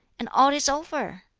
and all is over!